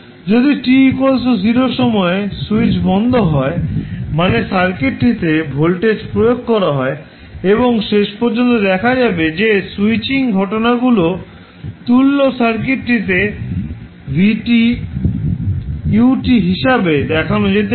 যদি t0 সময়ে switch বন্ধ হয় মানে সার্কিটটিতে ভোল্টেজ প্রয়োগ করা হয় এবং শেষ পর্যন্ত দেখা যাবে যে স্যুইচিং ঘটনাগুলো তুল্য সার্কিটটিতে Vsu হিসাবে দেখানো যেতে পারে